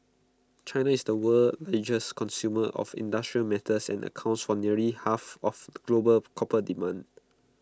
China is the world's consumer of industrial metals and accounts for nearly half of global copper demand